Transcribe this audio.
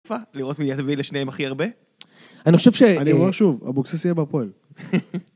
לראות מי יביא לשניהם הכי הרבה אני חושב ש..אני אומר שוב, אבוקסיס יהיה בהפועל.